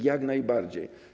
Jak najbardziej.